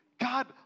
God